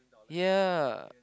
ya